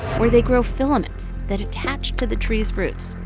where they grow filaments that attach to the trees' roots.